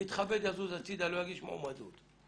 יתכבד לזוז הצידה ולא להגיש מועמדות,